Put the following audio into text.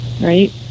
right